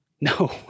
No